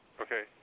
Okay